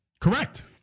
Correct